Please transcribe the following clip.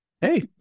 Hey